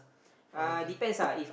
for the can